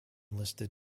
listed